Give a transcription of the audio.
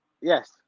Yes